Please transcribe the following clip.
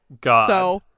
god